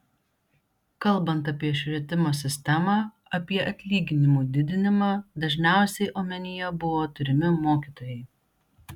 kalbant apie švietimo sistemą apie atlyginimų didinimą dažniausiai omenyje buvo turimi mokytojai